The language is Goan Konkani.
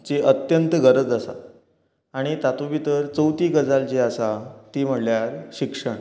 ची अत्यंत गरज आसा आणी तातूंत भितर चवथी गजाल जी आसा ती म्हणल्यार शिक्षण